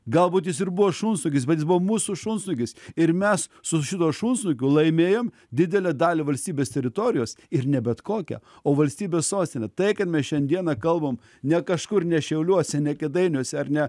galbūt jis ir buvo šunsnukis bet jis buvo mūsų šunsnukis ir mes su šituo šunsnukiu laimėjom didelę dalį valstybės teritorijos ir ne bet kokią o valstybės sostinę tai kad mes šiandieną kalbam ne kažkur ne šiauliuose ne kėdainiuose ar ne